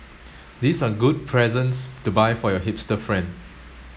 these are good presents to buy for your hipster friend